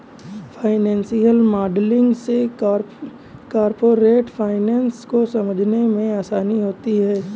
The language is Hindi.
फाइनेंशियल मॉडलिंग से कॉरपोरेट फाइनेंस को समझने में आसानी होती है